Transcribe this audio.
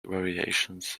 variations